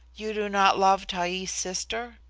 you do not love taee's sister?